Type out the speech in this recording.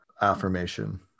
affirmation